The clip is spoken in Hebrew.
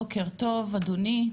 בוקר טוב, אדוני.